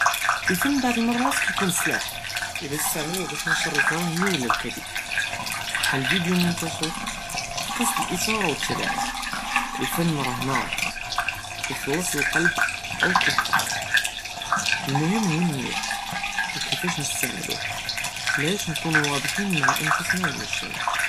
אלפנ בעד אלמראת קיקום סלאח אלא סטעמלוה בש ינשר אלכרהיה ולה אלכדב כחאל ווידאו מונתשר בקצב אלאת'רה ואלתלאעב. אלפנ ראה נאר קיחלס אללבב או קיחרקוה אלמهم הואא אלניה וכיפאש נסטעמלוה לאש ניקונו וודחין מע אנפסנא ואלמוג'תמע.